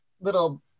Little